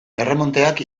erremonteak